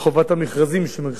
שמחייב אותנו עד היום,